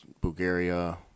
Bulgaria